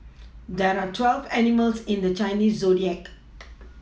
there are twelve animals in the Chinese zodiac